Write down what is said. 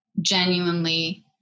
genuinely